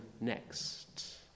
next